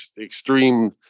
extreme